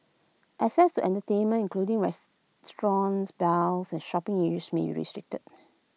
access to entertainment including restaurants bars and shopping areas may be restricted